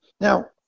Now